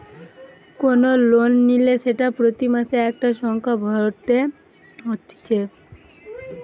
কোন লোন নিলে সেটা প্রতি মাসে একটা সংখ্যা ভরতে হতিছে